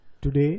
Today